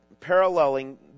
paralleling